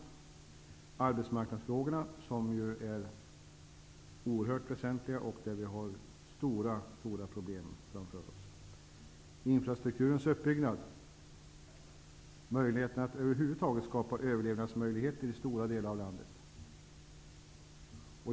Detsamma gäller arbetsmarknadsfrågorna, som är oerhört väsentliga och där vi har stora problem framför oss, infrastrukturens uppbyggnad och möjligheterna att över huvud taget skapa överlevnadsmöjligheter i stora delar av landet.